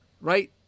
right